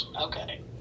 Okay